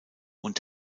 und